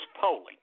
polling